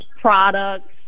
products